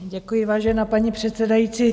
Děkuji, vážená paní předsedající.